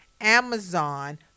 Amazon